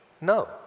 No